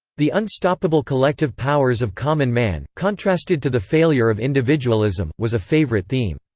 the unstoppable collective powers of common man, contrasted to the failure of individualism, was a favorite theme.